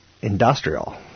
industrial